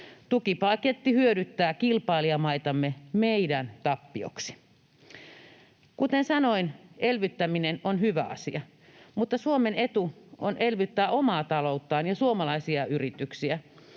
Tukipaketti hyödyttää kilpailijamaitamme meidän tappioksi. Kuten sanoin, elvyttäminen on hyvä asia, mutta Suomen etu on elvyttää omaa talouttaan ja suomalaisia yrityksiä.